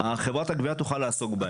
חברת הגבייה תוכל לעסוק בהם.